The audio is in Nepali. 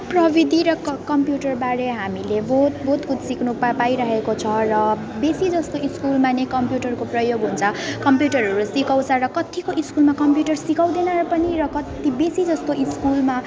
प्रविधि र क कम्प्युटरबारे हामीले बहुत बहुत कुछ सिक्नु पा पाइरहेको छ र बेसी जस्तो स्कुलमा नै कम्प्युटरको प्रयोग हुन्छ कम्प्युटरहरू सिकाउँछ र कत्तिको स्कुलमा कम्प्युटर सिकाउँदैन र पनि र कत्ति बेसी जस्तो स्कुलमा